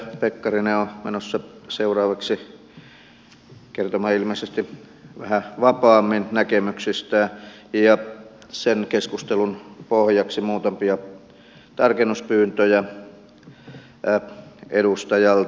edustaja pekkarinen on menossa seuraavaksi kertomaan ilmeisesti vähän vapaammin näkemyksistään ja sen keskustelun pohjaksi muutamia tarkennuspyyntöjä edustajalta